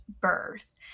birth